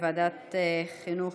לוועדת החינוך,